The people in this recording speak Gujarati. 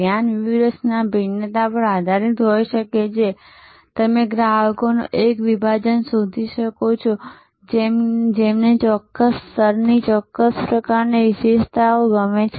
ધ્યાન વ્યૂહરચના ભિન્નતા પર આધારિત પણ હોઈ શકે છે તમે ગ્રાહકનો એક વિભાજન શોધી શકો છો જેમને ચોક્કસ સ્તરની ચોક્કસ પ્રકારની વિશેષતાઓ ગમે છે